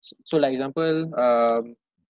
s~ so like example um